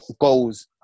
goals